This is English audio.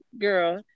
girl